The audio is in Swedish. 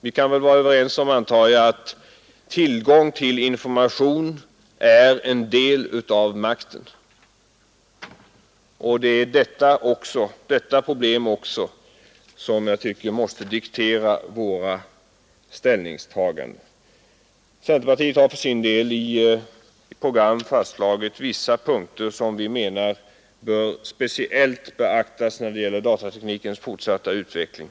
Vi torde nämligen kunna vara överens om att tillgång på information är en del av makten, och även det är en sak som jag anser bör få diktera våra ställningstaganden. Centerpartiet har för sin del i program fastslagit vissa punkter, som vi menar bör speciellt beaktas när det gäller datateknikens fortsatta utveckling.